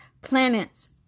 planets